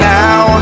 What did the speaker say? now